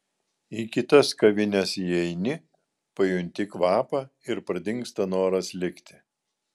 į kitas kavines įeini pajunti kvapą ir pradingsta noras likti